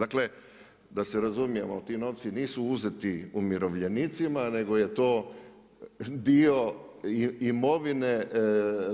Dakle da se razumijemo ti novci nisu uzeti umirovljenicima nego je to dio imovine